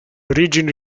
origini